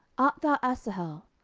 art thou asahel?